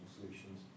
solutions